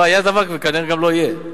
לא היה דבר כזה וכנראה גם לא יהיה.